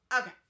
okay